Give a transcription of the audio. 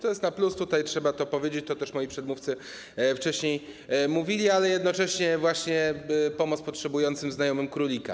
To jest plus, tutaj trzeba to powiedzieć, to też moi przedmówcy wcześniej mówili, ale jednocześnie jest to pomoc potrzebującym znajomym królika.